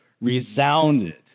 resounded